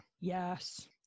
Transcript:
Yes